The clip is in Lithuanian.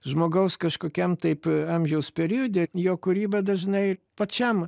žmogaus kažkokiam taip amžiaus periode jo kūryba dažnai pačiam